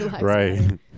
Right